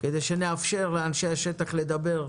כדי שנאפשר לאנשי השטח לדבר.